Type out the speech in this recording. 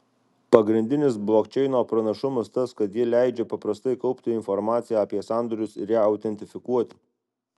pagrindinis blokčeino pranašumas tas kad ji leidžia paprastai kaupti informaciją apie sandorius ir ją autentifikuoti